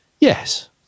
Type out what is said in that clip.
Yes